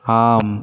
ஆம்